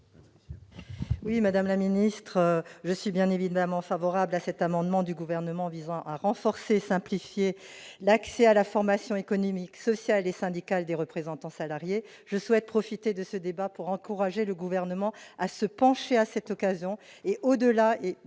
vote. Madame la ministre, je suis bien évidemment favorable à l'amendement du Gouvernement visant à renforcer et à simplifier l'accès à la formation économique, sociale et syndicale des représentants des salariés. Je souhaite profiter de ce débat pour encourager le Gouvernement à se pencher à cette occasion